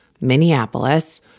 Minneapolis